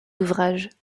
ouvrages